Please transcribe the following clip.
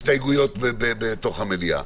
הסתייגות במליאה.